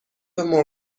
مرغ